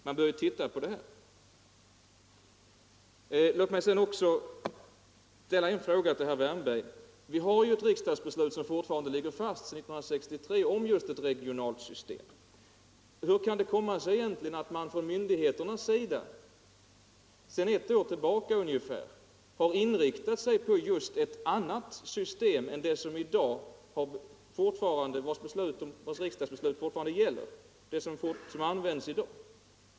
Man bör titta på detta. Låt mig sedan också ställa en fråga till herr Wärnberg. Vi har ett riks 151 dagsbeslut från 1963, som fortfarande ligger fast, om ett regionalt system. Hur kan det då komma sig att myndigheterna sedan ungefär ett år tillbaka har inriktat sig på ett annat system än det som finns i dag och som är grundat på ett riksdagsbeslut som fortfarande gäller?